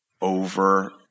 over